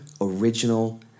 original